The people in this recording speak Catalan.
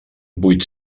vuit